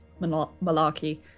malarkey